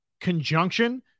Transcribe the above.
conjunction